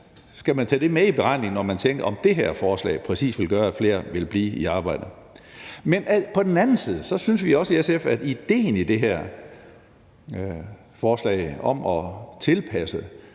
skal man tage det med i beregningerne, når man tænker, om det her forslag præcis vil gøre, at flere vil blive i arbejde. Men på den anden side synes vi jo også i SF, at idéen i det her forslag om at tilpasse